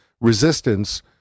resistance